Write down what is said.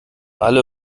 alle